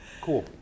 cool